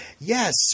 Yes